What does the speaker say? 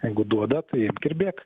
jeigu duoda tai imk ir bėk